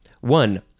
One